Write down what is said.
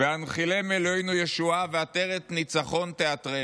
והנחילם אלוהינו ישועה, ועטרת ניצחון תעטרם,